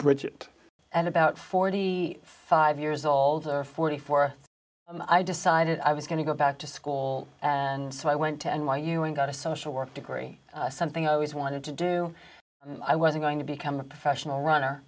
bridget and about forty five years old or forty four i decided i was going to go back to school and so i went to n y u and got a social work degree something i always wanted to do and i was going to become a professional runner